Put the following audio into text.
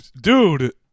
dude